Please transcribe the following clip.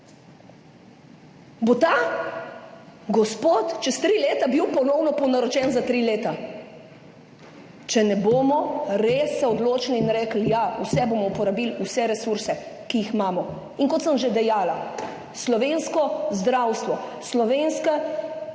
bo ta gospod čez 3 leta bil ponovno ponaročen za 3 leta, če ne bomo res se odločili in rekli, ja, vse bomo uporabili, vse resurse, ki jih imamo. In kot sem že dejala, slovensko zdravstvo, slovenske